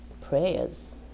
prayers